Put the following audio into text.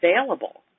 available